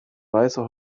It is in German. weiße